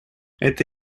это